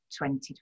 20